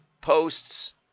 posts